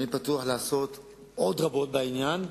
אני פתוח לעשות עוד רבות בעניין.